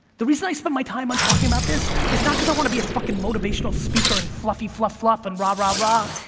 the reason i spend my time on talking about this is not because i want to be a fucking motivational speaker and fluffy-fluff-fluff and ra-ra-ra,